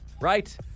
Right